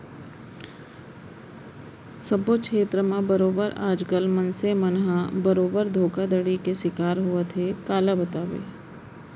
सब्बो छेत्र म बरोबर आज कल मनसे मन ह बरोबर धोखाघड़ी के सिकार होवत हे काला बताबे